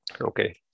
Okay